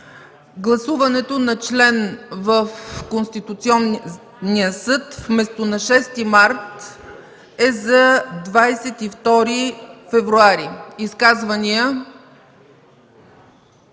гласуването на член в Конституционния съд вместо на 6 март е за 22 февруари. Изказвания? Няма.